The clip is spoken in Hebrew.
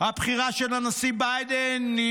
"הבחירה של הנשיא ביידן מנגד,